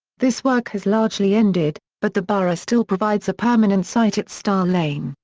this work has largely ended, but the borough still provides a permanent site at star lane,